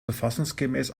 verfassungsgemäß